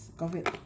covid